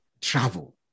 travel